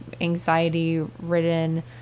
anxiety-ridden